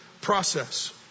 process